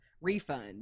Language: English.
refund